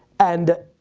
and,